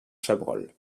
chabrol